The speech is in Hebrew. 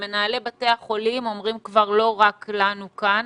מנהלי בתי החולים אומרים כבר לא רק לנו כאן,